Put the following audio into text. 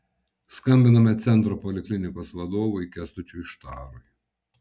skambiname centro poliklinikos vadovui kęstučiui štarui